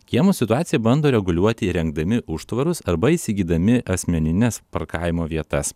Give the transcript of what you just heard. kiemų situaciją bando reguliuoti įrengdami užtvarus arba įsigydami asmenines parkavimo vietas